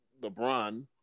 LeBron